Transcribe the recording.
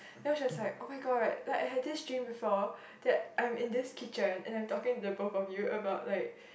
then I was like [oh]-my-god like I have this dream before that I'm in this kitchen and I'm talking the both of you about like